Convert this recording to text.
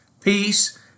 peace